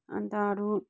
अन्त अरू